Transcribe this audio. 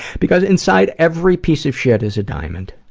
because inside every piece of shit is a diamond.